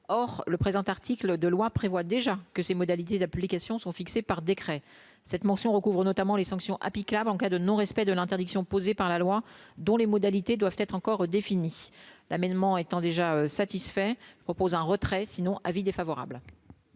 or le présent article de loi prévoit déjà que ses modalités d'application sont fixées par décret cette mention recouvre notamment les sanctions applicables en cas de non respect de l'interdiction posée par la loi, dont les modalités doivent être encore définis, l'amendement étant déjà satisfait propose un retrait sinon avis défavorable.